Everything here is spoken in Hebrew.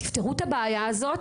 תפתרו את הבעיה הזאת,